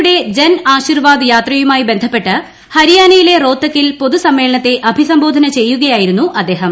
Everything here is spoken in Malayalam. യുടെ ജൻ ആശീർവാദ് യാത്രയുമായി ബന്ധപ്പെട്ട് ഹരിയാനയിലെ റോഹ്തക്കിൽ പൊതുസമ്മേളനത്തെ അഭിസംബോധന ചെയ്യുകയായിരുന്നു അദ്ദേഹം